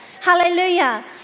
hallelujah